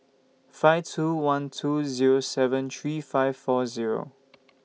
five two one two Zero seven three five four Zero